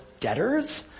debtors